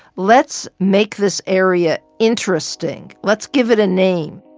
let's make this area interesting. let's give it a name.